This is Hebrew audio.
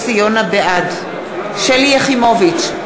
בעד שלי יחימוביץ,